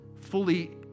fully